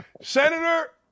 Senator